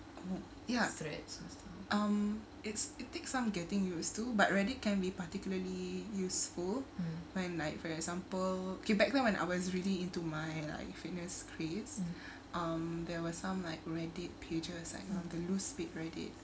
ya um it's it takes some getting used to but reddit can be particularly useful when like for example okay back then when I was really into my like fitness craze um there was some like reddit pages like how to lose with reddit